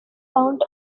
count